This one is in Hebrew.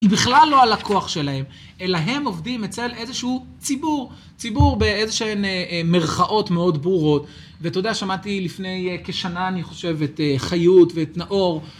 היא בכלל לא הלקוח שלהם אלא הם עובדים אצל איזשהו ציבור, ציבור באיזשהן מירכאות מאוד ברורות ואתה יודע שמעתי לפני כשנה אני חושב את חיות ואת נאור